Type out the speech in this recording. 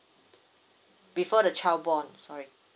before the child born sorry